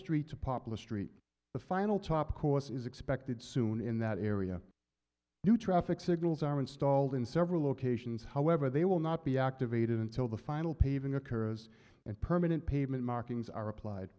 street to poplar street the final top course is expected soon in that area new traffic signals are installed in several locations however they will not be activated until the final paving occurs and permanent pavement markings are applied